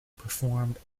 performed